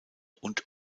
und